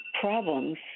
problems